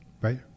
Right